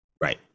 Right